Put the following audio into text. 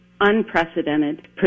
unprecedented